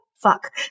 fuck